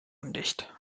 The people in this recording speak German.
undicht